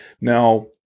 Now